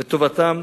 לטובתם,